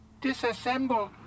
Disassemble